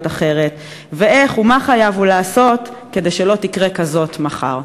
מה שקרה / ואיך ומה חייב הוא לעשות כדי שלא תקרה כזאת מחר".